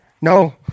No